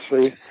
see